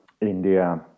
India